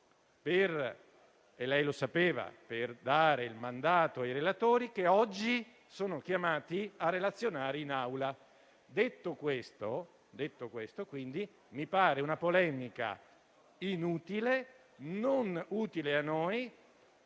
per dare il mandato ai relatori che oggi sono chiamati a relazionare in Aula. Detto questo, mi pare una polemica inutile, non utile a noi.